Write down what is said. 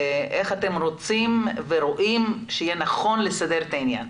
איך אתם רוצים ורואים שיהיה נכון להסדיר את העניין.